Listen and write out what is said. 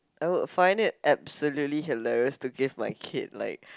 I would find it absolutely hilarious to give my kid like